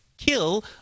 kill